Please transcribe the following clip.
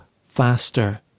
faster